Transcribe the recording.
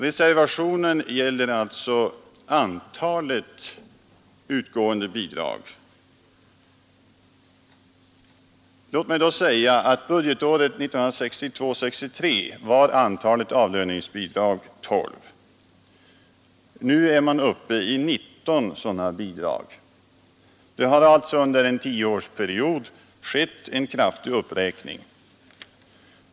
Reservationen gäller antalet utgående bidrag. Budgetåret 1962/63 var antalet avlöningsbidrag 12. Nu lämnas 19 sådana bidrag. Det har alltså under en tioårsperiod skett en kraftig uppräkning.